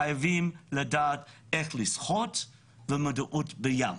חייבים לדעת לשחות ושתהיה להם מודעות לים.